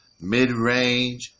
mid-range